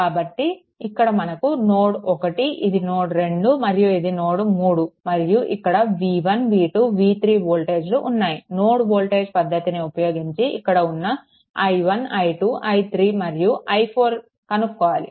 కాబట్టి ఇక్కడ మనకు నోడ్ 1 ఇది నోడ్ 2 మరియు ఇది నోడ్ 3 మరియు ఇక్కడ v1 v2 v3 వోల్టేజ్లు ఉన్నాయి నోడ్ వోల్టేజ్ పద్ధతిని ఉపయోగించి ఇక్కడ ఉన్న i1 i 2 i3 మరియు i4 కనుక్కోవాలి